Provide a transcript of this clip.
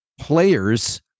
players